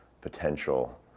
potential